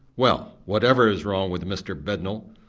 well, whatever is wrong with mr bednall,